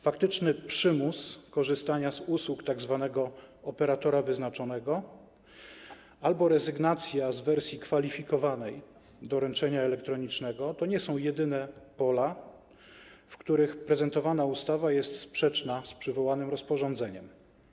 Faktyczny przymus korzystania z usług tzw. operatora wyznaczonego albo rezygnacja z wersji kwalifikowanej doręczenia elektronicznego to nie są jedyne pola, w których prezentowana ustawa jest sprzeczna z przywołanym rozporządzeniem.